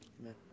Amen